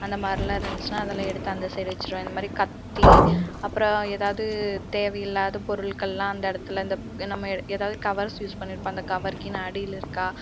அந்தமாரிலான் இருந்துசுனால் அதெல்லாம் எடுத்து அந்தச் சைடு வச்சிடுவேன் இந்தமாதிரி கத்தி அப்புறோம் எதாவது தேவையில்லாத பொருட்கள்லாம் அந்த இடத்துல இந்தப் நம்ம எதாவது கவர்ஸ் யூஸ் பண்ணிருப்போம் அந்தக் கவர்க்கின் அடியில இருக்கா